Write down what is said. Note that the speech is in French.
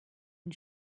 une